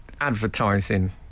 advertising